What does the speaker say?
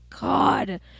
God